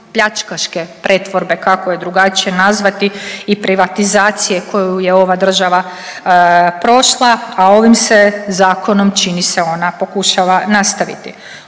pljačkaške pretvorbe, kako je drugačije nazvati i privatizacije koju je ova država prošla, a ovim se Zakonom, čini se, ona pokušava nastaviti.